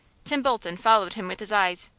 tim bolton followed him with his eyes,